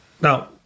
Now